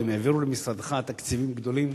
האם העבירו למשרדך תקציבים גדולים